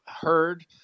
heard